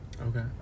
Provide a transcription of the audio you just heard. okay